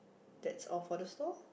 that's all for the store